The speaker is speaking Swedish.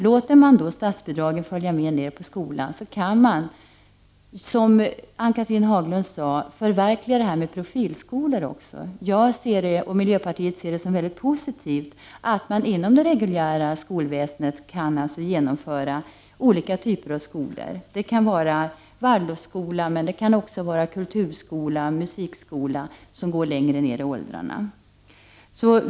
Låter man statsbidragen följa med ner på skolan kan man, som Ann Cathrine Haglund sade, också förverkliga önskemålen om profilskolor. Vi i miljöpartiet ser det som väldigt positivt att man inom det reguljära skolväsendet kan genomföra olika typer av skolor. Det kan vara Waldorfskolor men också kulturskola och musikskola som går längre ner i åldrarna.